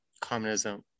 communism